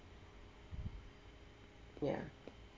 ya